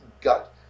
gut